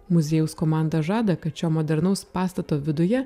muziejaus komanda žada kad šio modernaus pastato viduje